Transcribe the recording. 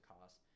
cost